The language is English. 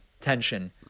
Tension